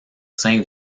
sein